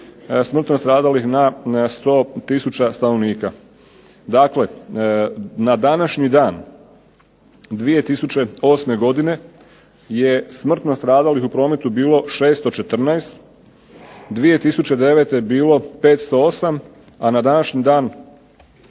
smrtno stradalih na 100 tisuća stanovnika. Dakle na današnji dan 2008. godine je smrtno stradalih u prometu bilo 614, 2009. je bilo 508, a na današnji dan